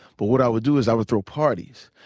but what i would do is i would throw parties.